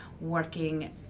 working